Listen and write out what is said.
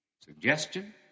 Suggestion